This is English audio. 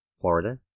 Florida